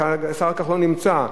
השר כחלון נמצא.